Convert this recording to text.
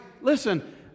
listen